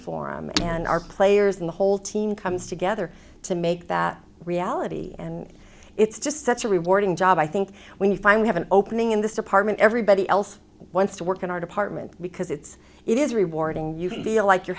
forum and are players in the whole team comes together to make that reality and it's just such a rewarding job i think when you finally have an opening in this department everybody else wants to work in our department because it's it is rewarding you can feel like you're